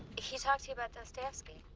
he talked to you about dostoyevsky.